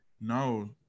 No